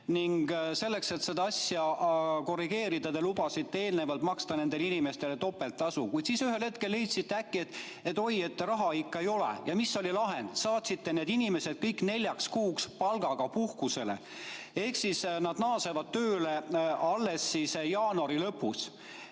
ning selleks, et seda korrigeerida, te lubasite maksta nendele inimestele topelttasu, kuid siis ühel hetkel leidsite äkki, et oi, raha ikka ei ole. Mis oli lahend? Saatsite need inimesed kõik neljaks kuuks palgaga puhkusele ehk siis nad naasevad tööle alles jaanuari lõpus.